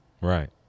Right